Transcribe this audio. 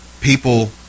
people